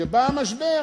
כשבא המשבר,